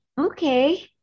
Okay